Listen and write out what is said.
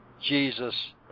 Jesus